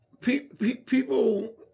people